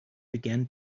began